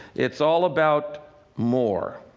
it's all about more,